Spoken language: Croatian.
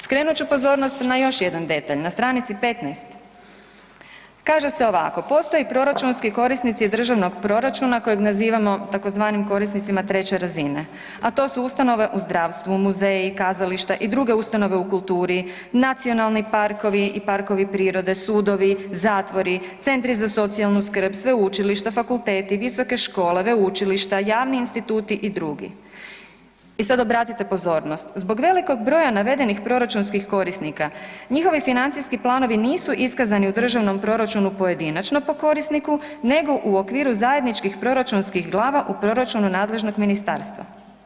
Skrenut ću pozornost na još jedan detalj, na str. 15, kaže se ovako postoje proračunski korisnici državnog proračuna kojeg nazivamo tzv. korisnicima treće razine, a to su ustanove u zdravstvu, muzeji, kazališta i druge ustanove u kulturi nacionalni parkovi i parkovi prirode, sudovi, zatvori, centri za socijalnu skrb, sveučilišta, fakulteti, visoke škole, veleučilišta, javni instituti i dr. I sad obratite pozornost, zbog velikog broja navedenih proračunskih korisnika, njihovi financijski planovi nisu iskazani u državnom proračunu pojedinačno po korisniku nego u okviru zajedničkih proračunskih glava u proračunu nadležnog ministarstva.